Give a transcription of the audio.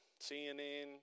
CNN